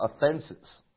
offenses